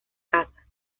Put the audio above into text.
casa